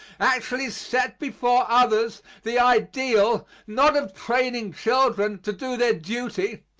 actually set before others the ideal, not of training children to do their duty,